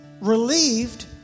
relieved